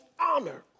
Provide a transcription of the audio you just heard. honor